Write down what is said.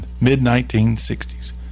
mid-1960s